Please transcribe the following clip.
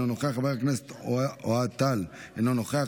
אינו נוכח,